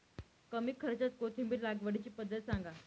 कमी खर्च्यात कोथिंबिर लागवडीची पद्धत सांगा